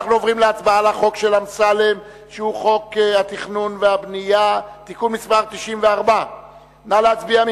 אנחנו עוברים להצבעה על חוק התכנון והבנייה (תיקון מס' 94). נא להצביע.